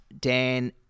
Dan